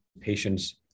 patients